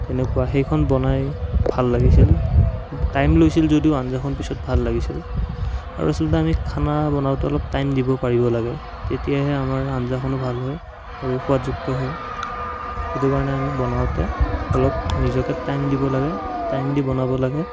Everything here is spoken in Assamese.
তেনেকুৱা সেইখন বনাই ভাল লাগিছিল টাইম লৈছিল যদিও আঞ্জাখন পিছত ভাল লাগিছিল আৰু আচলতে আমি খানা বনাওঁতে অলপ টাইম দিব পাৰিব লাগে তেতিয়াহে আমাৰ আঞ্জাখনো ভাল হয় আৰু সোৱাদযুক্ত হয় সেইটো কাৰণে আমি বনাওঁতে অলপ নিজকে টাইম দিব লাগে টাইম দি বনাব লাগে